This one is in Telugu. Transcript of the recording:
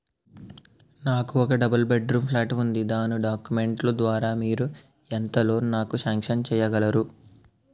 నాకు ఒక డబుల్ బెడ్ రూమ్ ప్లాట్ ఉంది దాని డాక్యుమెంట్స్ లు ద్వారా మీరు ఎంత లోన్ నాకు సాంక్షన్ చేయగలరు?